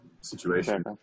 situation